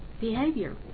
behavior